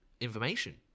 information